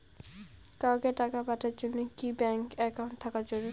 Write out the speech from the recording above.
কাউকে টাকা পাঠের জন্যে কি ব্যাংক একাউন্ট থাকা জরুরি?